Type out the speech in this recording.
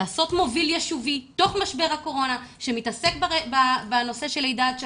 לעשות מוביל יישובי תוך משבר הקורונה שמתעסק בנושא של לידה עד שלוש,